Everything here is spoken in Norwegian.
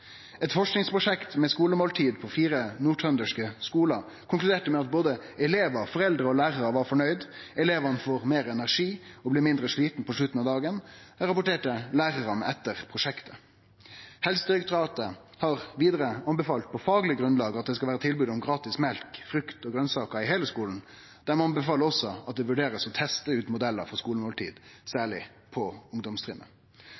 Eit forskingsprosjekt med skulemåltid på fire nordtrønderske skular konkluderte med at både elevar, foreldre og lærarar var fornøgde. Elevane fekk meir energi og vart mindre slitne på slutten av dagen, rapporterte lærarane etter prosjektet. Helsedirektoratet har vidare anbefalt, på fagleg grunnlag, at det skal vere tilbod om gratis mjølk, frukt og grønsaker i heile skulen. Dei anbefaler også at det blir vurdert å teste ut modellar for